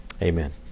Amen